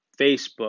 Facebook